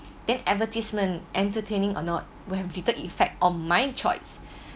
then advertisement entertaining or not will have little effect on my choice